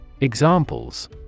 Examples